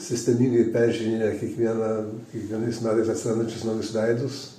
sistemingai peržiūrinėję kiekvieną kiekvienais metais atsirandančius naujus veidus